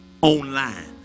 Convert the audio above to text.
online